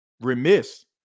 remiss